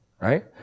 right